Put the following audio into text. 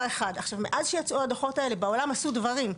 מאז שיצאו הדוחות האלה, נעשו בעולם דברים.